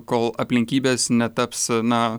kol aplinkybės netaps na